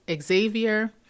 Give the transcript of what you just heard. Xavier